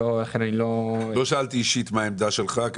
לא שאלתי אישית מה העמדה שלך.